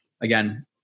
Again